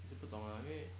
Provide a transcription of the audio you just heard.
我也是不懂啦因为